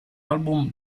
album